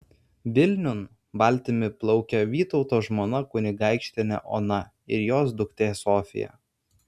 vilniun valtimi plaukia vytauto žmona kunigaikštienė ona ir jos duktė sofija